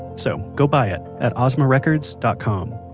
so go buy it at ozma records dot com.